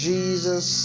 Jesus